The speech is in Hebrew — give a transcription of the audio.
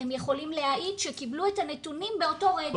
הם יכולים להעיד שקיבלו את הנתונים באותו רגע.